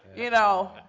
you know.